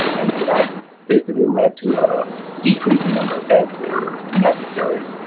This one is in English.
and so that's basically led to a decrease in the number of beds that are necessary.